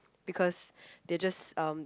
because they're just um